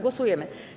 Głosujemy.